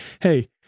Hey